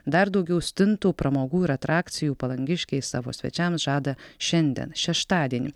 dar daugiau stintų pramogų ir atrakcijų palangiškiai savo svečiams žada šiandien šeštadienį